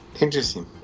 Interesting